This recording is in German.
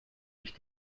ich